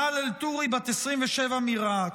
מנאל אלטורי, בת 27, מרהט,